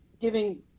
giving